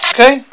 Okay